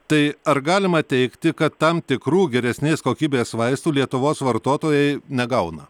tai ar galima teigti kad tam tikrų geresnės kokybės vaistų lietuvos vartotojai negauna